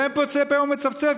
ואין פוצה פה ומצפצף,